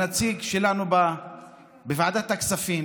הנציג שלנו בוועדת הכספים,